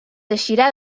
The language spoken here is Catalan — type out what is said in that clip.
eixirà